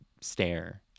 stare